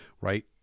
right